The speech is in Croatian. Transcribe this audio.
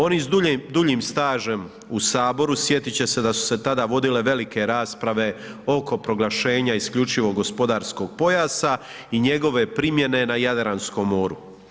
Oni s duljim stažem u Saboru sjetit će se da su se tada vodile velike rasprave oko proglašenja isključivog gospodarskog pojasa i njegove primjene na Jadranskom moru.